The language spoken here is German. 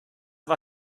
war